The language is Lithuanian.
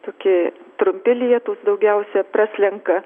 tokie trumpi lietūs daugiausia praslenka